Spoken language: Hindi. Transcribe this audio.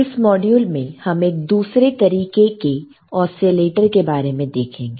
इस मॉड्यूल में हम एक दूसरी तरीके की ओसीलेटर के बारे में देखेंगे